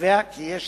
וקובע כי יש